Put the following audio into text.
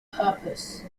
purpose